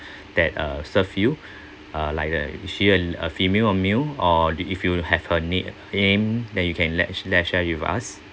that uh serve you uh like the she uh a female or male or if you have her nam~ name then you can let let's share with us